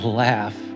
laugh